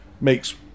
makes